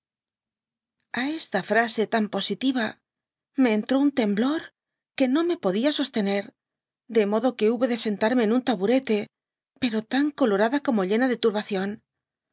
a esu frase tan positiva me entré un temblor que no ic podfa sostener de modo que hube de sentarme en untaborete pero tan colorada como llena ée turbación